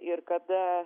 ir kada